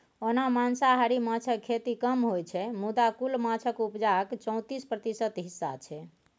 ओना मांसाहारी माछक खेती कम होइ छै मुदा कुल माछक उपजाक चौतीस प्रतिशत हिस्सा छै